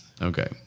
Okay